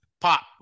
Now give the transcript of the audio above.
pop